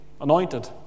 anointed